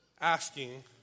asking